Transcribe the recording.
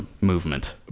movement